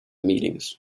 meetings